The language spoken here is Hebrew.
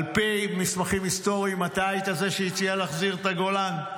על פי מסמכים היסטוריים אתה היית זה שהציע להחזיר את הגולן.